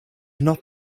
not